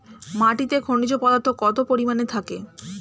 মাটিতে খনিজ পদার্থ কত পরিমাণে থাকে?